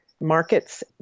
markets